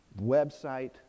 website